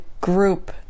group